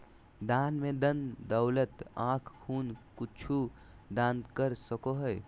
दान में धन दौलत आँख खून कुछु दान कर सको हइ